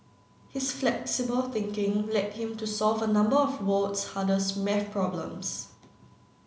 his flexible thinking led him to solve a number of world's hardest maths problems